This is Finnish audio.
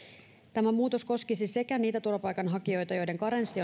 tämä muutos koskisi sekä niitä turvapaikanhakijoita joiden karenssi